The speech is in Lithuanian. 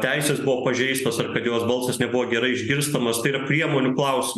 teisės pažeistos ar kad jos balsas nebuvo gerai išgirstamas tai yra priemonių klausim